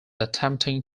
attempting